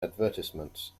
advertisements